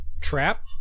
trap